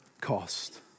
cost